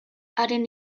haren